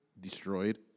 destroyed